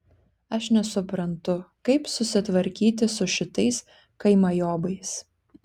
aš nesuprantu kaip susitvarkyti su šitais kaimajobais